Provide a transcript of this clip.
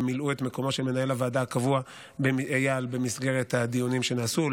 שמילאו את מקומו של מנהל הוועדה הקבוע אייל במסגרת הדיונים שנעשו,